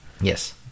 yes